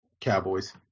Cowboys